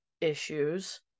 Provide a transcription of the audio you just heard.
issues